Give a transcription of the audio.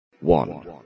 One